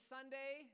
Sunday